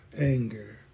anger